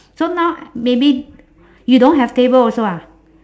so now maybe you don't have table also ah